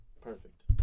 Perfect